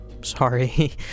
Sorry